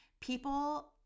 people